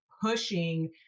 pushing